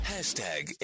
Hashtag